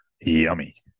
Yummy